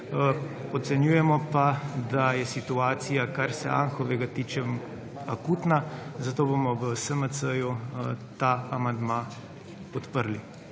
ocenjujemo pa, da je situacija, kar se Anhovega tiče akutna, zato bomo v SMC ta amandma podprli.